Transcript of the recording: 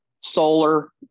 Solar